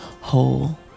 whole